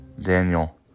Daniel